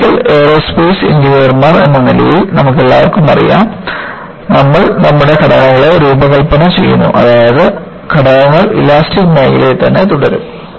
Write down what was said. mechanical aerospace എഞ്ചിനീയർമാർ എന്ന നിലയിൽ നമ്മൾക്കെല്ലാവർക്കും അറിയാം നമ്മൾ നമ്മുടെ ഘടനകളെ രൂപകൽപ്പന ചെയ്യുന്നു അതായത് ഘടകങ്ങൾ ഇലാസ്റ്റിക് മേഖലയിൽ തന്നെ തുടരും